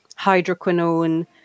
hydroquinone